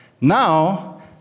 Now